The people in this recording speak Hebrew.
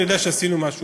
אני יודע שעשינו משהו.